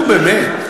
נו, באמת.